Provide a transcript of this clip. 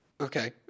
Okay